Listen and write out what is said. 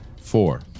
Four